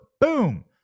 Boom